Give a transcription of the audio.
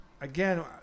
again